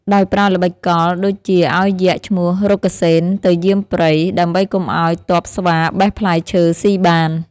ដោយប្រើល្បិចកល ដូចជាឱ្យយក្សឈ្មោះរុក្ខសេនទៅយាមព្រៃ ដើម្បីកុំឱ្យទ័ពស្វាបេះផ្លែឈើស៊ីបាន។